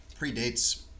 predates